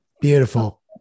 Beautiful